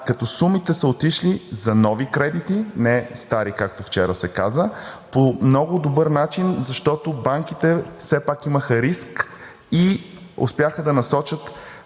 като сумите са отишли за нови кредити, не стари както вчера се каза, по много добър начин, защото банките все пак имаха риск и успяха да насочат